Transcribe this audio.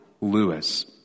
Lewis